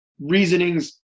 reasonings